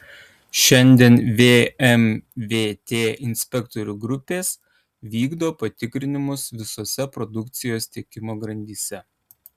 šiandien vmvt inspektorių grupės vykdo patikrinimus visose produkcijos tiekimo grandyse